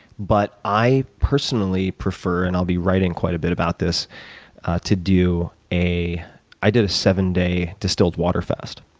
but i personally prefer and i'll be writing quite a bit about this to do a i did a seven day distilled water fast.